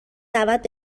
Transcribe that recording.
دعوت